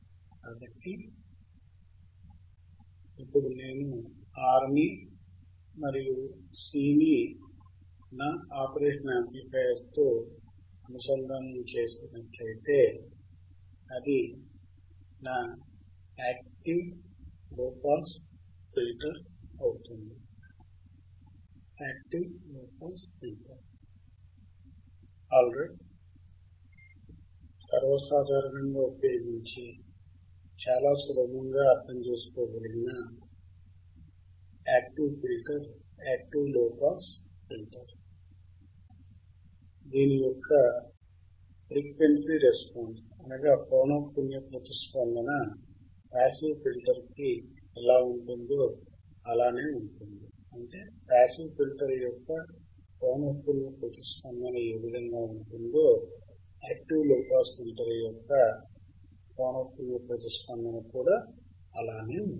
కాబట్టి నేను R మరియు C లను యూనిటీ గెయిన్ యాంప్లిఫైయర్ అయిన ఆప్ యాంప్ తో అనుసంధానము చేస్తే అది యాక్టివ్ లోపాస్ ఫిల్టర్ అవుతుంది